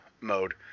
mode